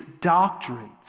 doctrines